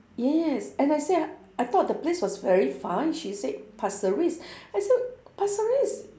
yes and I say I thought the place was very far and she said pasir ris I said pasir ris